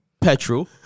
petrol